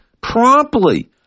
promptly